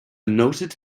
noted